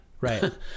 Right